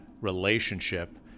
relationship